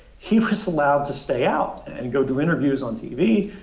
he was allowed to stay out, and go do interviews on tv,